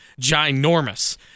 ginormous